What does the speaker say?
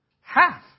Half